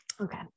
Okay